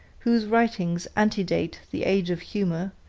whose writings antedate the age of humor,